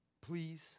Please